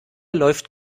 läuft